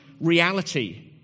reality